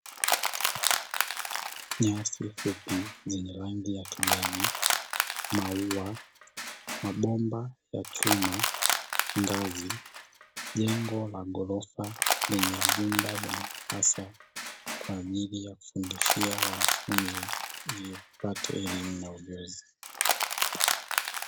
Nyasi fupi zenye rangi ya kijani, maua, mabomba ya chuma, ngazi, jengo la ghorofa lenye vyumba vya madarasa kwa ajili ya kufundishia wanafunzi ili wapate elimu na ujuzi.